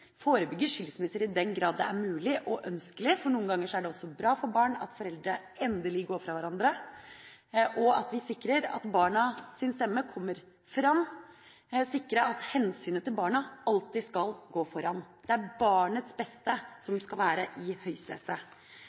forebygge skilsmisser i den grad det er mulig og ønskelig, for noen ganger er det også bra for barn at foreldrene endelig går fra hverandre – og sikre at barnas stemme kommer fram, sikre at hensynet til barna alltid skal gå foran. Det er barnets beste som skal være i